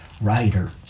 Writer